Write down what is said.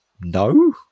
No